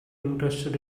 interested